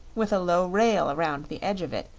with a low rail around the edge of it,